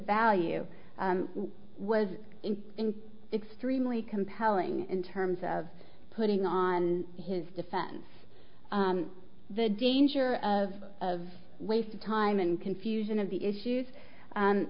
value was in extremely compelling in terms of putting on his defense the danger of of waste of time and confusion of the issues